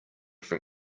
from